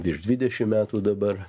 virš dvidešim metų dabar